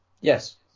Yes